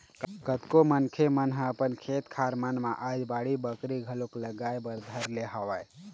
कतको मनखे मन ह अपन खेत खार मन म आज बाड़ी बखरी घलोक लगाए बर धर ले हवय